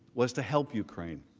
was to help ukraine.